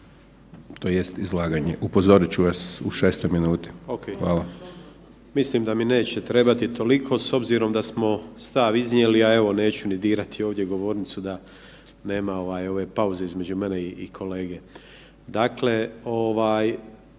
Dončić, Siniša (SDP)** Hvala. **Grmoja, Nikola (MOST)** Mislim da mi neće trebati toliko s obzirom da smo stav iznijeli, a evo neću ni dirati ovdje govornicu da nema ovaj ove pauze između mene i kolege.